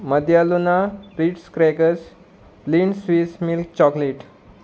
मध्यालुना bits crackers Lindt's Swiss milk chocolate